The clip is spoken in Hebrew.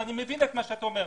ואני מבין מה שאתה אומר.